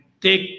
take